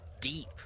deep